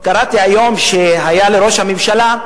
קראתי היום שהיה לראש הממשלה,